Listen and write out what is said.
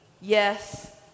Yes